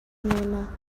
nena